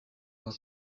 uwa